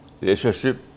relationship